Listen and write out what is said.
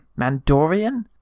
Mandorian